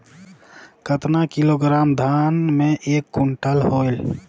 कतना किलोग्राम धान मे एक कुंटल होयल?